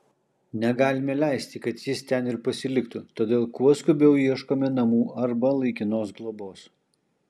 negalime leisti kad jis ten ir pasiliktų todėl kuo skubiau ieškome namų arba laikinos globos